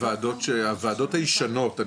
הוועדות הישנות.